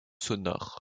sonores